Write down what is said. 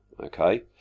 okay